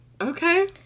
Okay